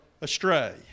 astray